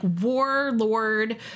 warlord